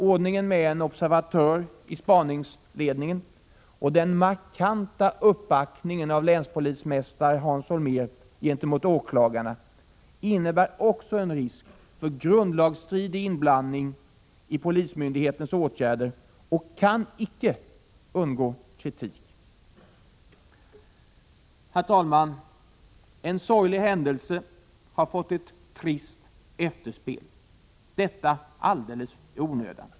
Ordningen med en observatör i spaningsledningen och den markanta uppbackningen av länspolismästare Hans Holmér gentemot åklagarna innebär också en risk för grundlagsstridig inblandning i polismyndighetens åtgärder och kan icke undgå kritik. Herr talman! En sorglig händelse har fått ett trist efterspel, detta alldeles i onödan.